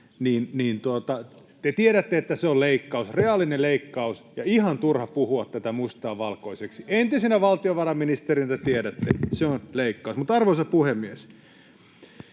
työttömyysturvaetuuksia, on leikkaus, reaalinen leikkaus, ja ihan turha puhua tätä mustaa valkoiseksi. Entisenä valtiovarainministerinä te tiedätte, että se on leikkaus. Arvoisa puhemies!